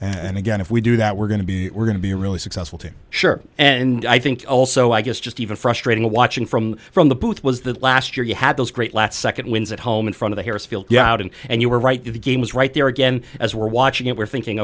and again if we do that we're going to be we're going to be really successful t shirt and i think also i guess just even frustrating watching from from the booth was that last year you had those great last second wins at home in front of harrah's field yeah out and and you were right the game was right there again as we're watching it we're thinking